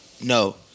No